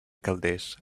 calders